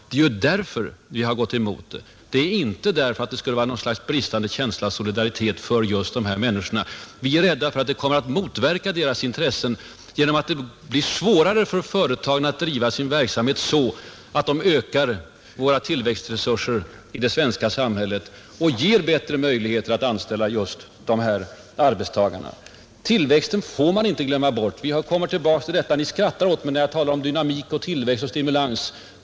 Det är ju därför vi har gått emot det, inte av någon bristande känsla av solidaritet för just dessa människor, Vi är rädda för att lagen kommer att motverka de äldres intressen genom att det blir svårare för företagen att driva sin verksamhet så, att de ökar våra tillväxtresurser i det svenska samhället och ger bättre möjligheter att anställa just dessa arbetstagare. Tillväxten får vi inte glömma bort. Jag kommer tillbaka till detta. Ni skrattar åt mig när jag talar om dynamik, tillväxt och stimulans.